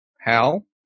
Hal